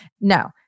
No